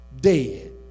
dead